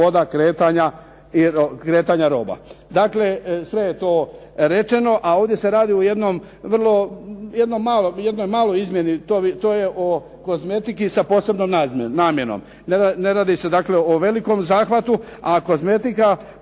kretanja roba. Dakle sve je to rečeno, a ovdje se radi o jednoj maloj izmjeni to je o kozmetici sa posebnom namjenom. Ne radi se o velikom zahvatu. A kozmetika